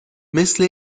مثل